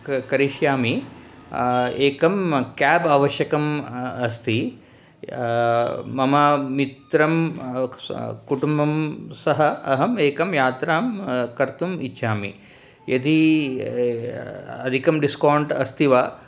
करि करिष्यामि एकं केब् अवश्यकम् अस्ति मम मित्रं कुटुम्बं सह अहम् एकं यात्रां कर्तुम् इच्छामि यदी अधिकं डिस्कौण्ट् अस्ति वा